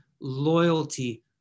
loyalty